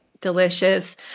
delicious